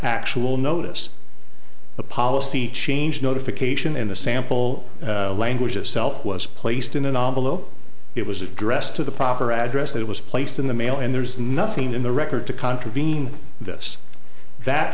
actual notice a policy change notification in the sample language itself was placed in a novel oh it was addressed to the proper address that was placed in the mail and there's nothing in the record to contravene th